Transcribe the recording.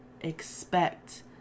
expect